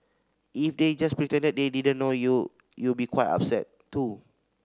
if they just pretended they didn't know you you be quite upset too